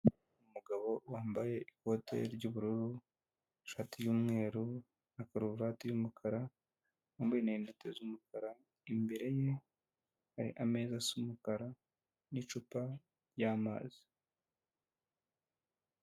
Umugabo wambaye ikote ry'ubururu n'ishati y'umweru na karuvati y'umukara, wambaye rinete z'umukara imbere ye hari ameza asa umukara n'icupa ry'amazi.